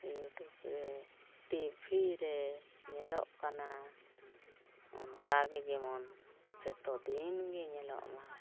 YouTube ᱨᱮ TV ᱨᱮ ᱧᱮᱞᱚᱜ ᱠᱟᱱᱟ ᱚᱱᱠᱟᱜᱮ ᱡᱮᱢᱚᱱ ᱡᱚᱛᱚ ᱫᱤᱱᱜᱮ ᱧᱮᱞᱚᱜᱼᱢᱟ